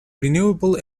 renewable